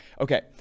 Okay